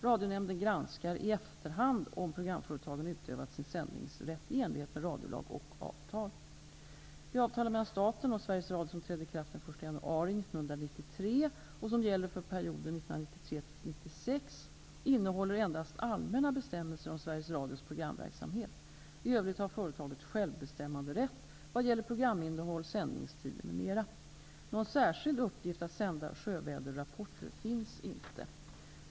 Radionämnden granskar i efterhand om programföretagen utövat sin sändningsrätt i enlighet med radiolag och avtal. Det avtal mellan staten och Sveriges Radio som trädde i kraft den 1 januari 1993 och som gäller för perioden 1993--1996 innehåller endast allmänna bestämmelser om Sveriges Radios programverksamhet. I övrigt har företaget självbestämmanderätt vad gäller programinnehåll, sändningstider m.m. Någon särskild uppgift att sända sjövädersrapporter finns inte.